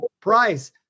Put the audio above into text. price